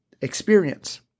experience